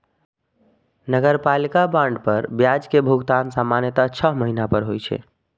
नगरपालिका बांड पर ब्याज के भुगतान सामान्यतः छह महीना पर होइ छै